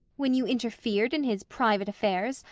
when you interfered in his private affairs,